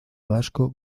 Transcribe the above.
vasco